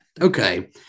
Okay